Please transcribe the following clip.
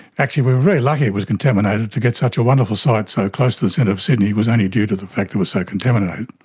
actually, we were very lucky it was contaminated to get such a wonderful site so close to the centre of sydney was only due to the fact it was so contaminated.